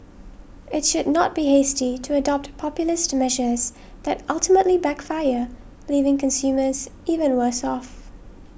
it should not be hasty to adopt populist measures that ultimately backfire leaving consumers even worse off